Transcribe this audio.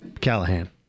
Callahan